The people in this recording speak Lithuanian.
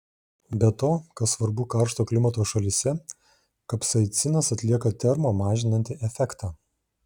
be to kas svarbu karšto klimato šalyse kapsaicinas atlieka termo mažinantį efektą